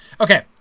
Okay